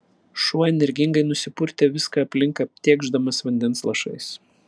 šuo energingai nusipurtė viską aplink aptėkšdamas vandens lašais